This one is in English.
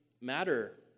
matter